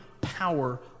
power